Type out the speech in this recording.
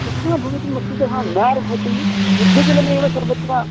तथा भवितुं वस्तुतः नार्हति शुद्धजलमेव सर्वत्र